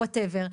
וואטאבר,